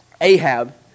Ahab